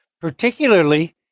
particularly